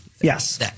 Yes